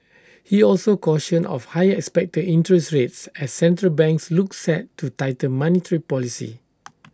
he also cautioned of higher expected interest rates as central banks look set to tighten monetary policy